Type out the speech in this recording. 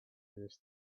used